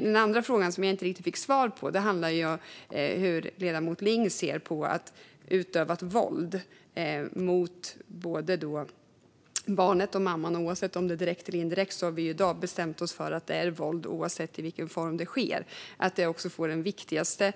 Den andra frågan, som jag inte riktigt fick svar på, handlar om hur ledamoten Ling ser på att utövat våld mot både barnet och mamman - oavsett om det är direkt eller indirekt har vi i dag bestämt oss för att det är våld, oavsett i vilken form det sker - ska få den viktigaste